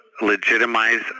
legitimize